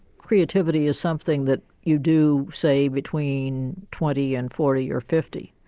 creativity is something that you do, say, between twenty and forty or fifty.